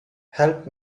help